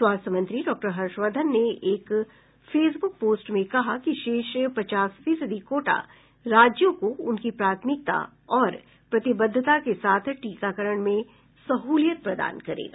स्वास्थ्य मंत्री डॉक्टर हर्षवर्धन ने एक फेसब्क पोस्ट में कहा कि शेष पचास फीसदी कोटा राज्यों को उनकी प्राथमिकता और प्रतिबद्धता के साथ टीकाकरण में सहुलियत प्रदान करेगा